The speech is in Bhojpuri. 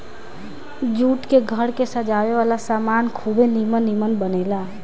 जूट से घर के सजावे वाला सामान खुबे निमन निमन बनेला